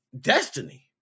Destiny